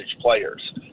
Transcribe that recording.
players